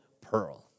pearl